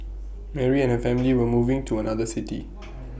Mary and her family were moving to another city